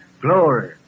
glory